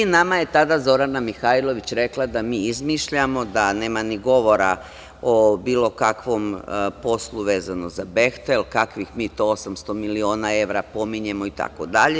Nama je tada Zorana Mihajlović rekla da mi izmišljamo, da nema ni govora o bilo kakvom poslu vezano za "Behtel", kakvih mi to 800 miliona evra pominjemo itd.